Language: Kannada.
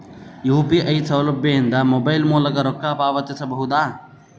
ಯು.ಪಿ.ಐ ಸೌಲಭ್ಯ ಇಂದ ಮೊಬೈಲ್ ಮೂಲಕ ರೊಕ್ಕ ಪಾವತಿಸ ಬಹುದಾ?